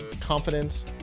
confidence